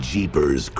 Jeepers